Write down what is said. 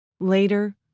Later